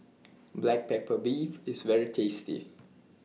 Black Pepper Beef IS very tasty